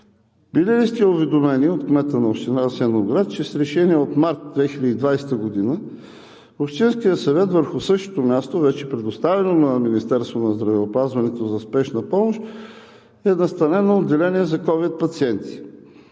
Били ли сте уведомени от кмета на Община Асеновград, че с решение от март 2020 г. Общинският съвет върху същото място, вече предоставено на Министерството на здравеопазването за Спешна помощ, е настанено отделение за ковид пациенти?